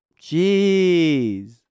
Jeez